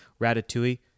ratatouille